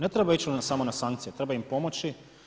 Ne treba ići samo na sankcije, treba im pomoći.